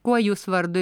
kuo jūs vardu